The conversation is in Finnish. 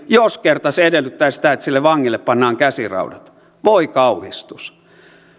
jos kerta se edellyttää sitä että sille vangille pannaan käsiraudat voi kauhistus